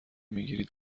میگیرید